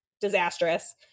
disastrous